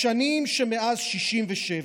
בשנים שמאז 1967,